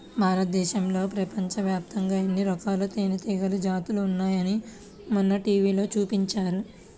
భారతదేశంలో, ప్రపంచవ్యాప్తంగా ఎన్నో రకాల తేనెటీగల జాతులు ఉన్నాయని మొన్న టీవీలో చూపించారు